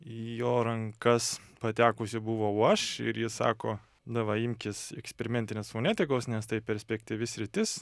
į jo rankas patekusių buvau aš ir ji sako na va imkis eksperimentinės fonetikos nes tai perspektyvi sritis